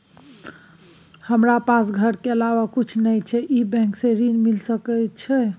हमरा पास घर के अलावा कुछ नय छै ई बैंक स ऋण मिल सकलउ हैं?